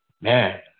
man